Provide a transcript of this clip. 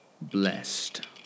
blessed